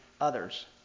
others